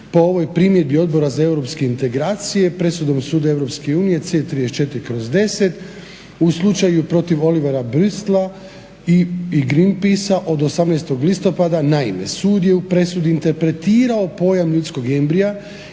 "Po ovoj primjedbi Odbora za europske integracije presudom Suda EU C 34/10 u slučaju protiv Olivera … i Green peaca od 18.listopada. naime, sud je u presudi interpretirao pojam ljudskog embrija